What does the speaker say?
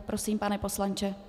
Prosím, pane poslanče.